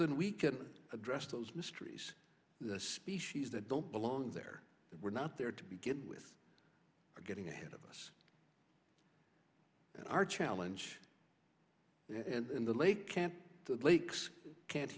than we can address those mysteries the species that don't belong there we're not there to begin with are getting ahead of us and our challenge and in the lake can't the lakes can't